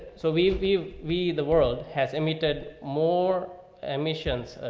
so we, we, we, the world has emitted more emissions,